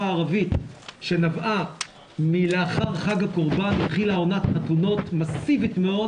הערבית שנבעה מלאחר חג הקורבן התחילה עונת חתונות מסיבית מאוד